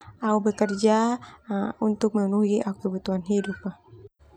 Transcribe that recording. Au bekerja untuk memenuhi au kebutuhan hidup.